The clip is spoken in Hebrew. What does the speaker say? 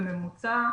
בממוצע,